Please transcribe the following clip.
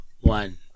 One